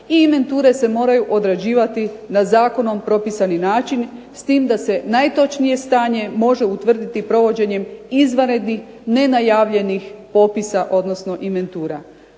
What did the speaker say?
i inventure se moraju odrađivati na zakonom propisani način, s tim da se najtočnije stanje može utvrditi provođenjem izvanrednih nenajavljenih popisa, odnosno inventura.